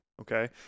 okay